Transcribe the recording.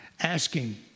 Asking